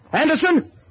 Anderson